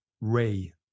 Ray